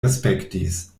aspektis